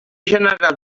general